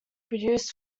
produced